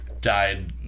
died